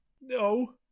No